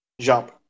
jump